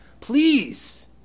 please